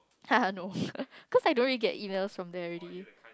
no cause I don't really get Emails from there already